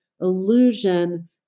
illusion